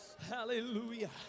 Hallelujah